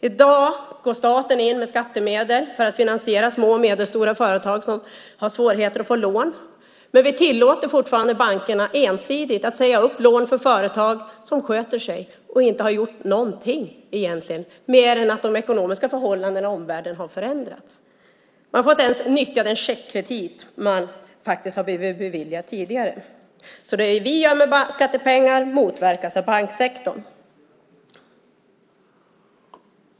I dag går staten in med skattemedel för att finansiera små och medelstora företag som har svårigheter att få lån. Men vi tillåter fortfarande att bankerna ensidigt säger upp lån för företag som sköter sig och inte har gjort något fel. Det är bara de ekonomiska förhållandena i omvärlden som har förändrats. Företagen får inte ens nyttja den checkkredit som de faktiskt har blivit beviljade tidigare. Det som vi gör med skattepengar motverkas av banksektorn.